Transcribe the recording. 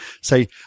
say